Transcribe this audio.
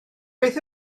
beth